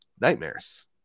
Nightmares